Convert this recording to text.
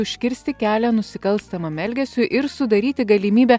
užkirsti kelią nusikalstamam elgesiui ir sudaryti galimybę